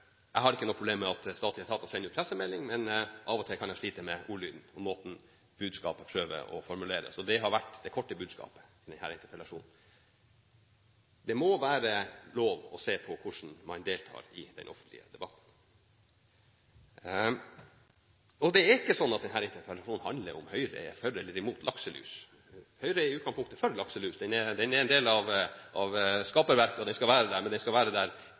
statlige etater sender ut pressemeldinger, men av og til kan jeg slite med ordlyden og måten budskapet er formulert på, så det har vært det korte budskapet i denne interpellasjonen. Det må være lov å se på hvordan man deltar i den offentlige debatten. Det er ikke sånn at denne interpellasjonsdebatten handler om hvorvidt Høyre er for eller imot lakselus. Høyre er i utgangspunktet for lakselus. Den er en del av skaperverket, og den skal være der, men den skal være der